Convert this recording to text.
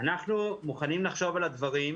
אנחנו מוכנים לחשוב על הדברים.